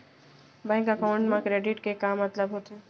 Bank account मा credit के का मतलब होथे?